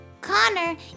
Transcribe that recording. Connor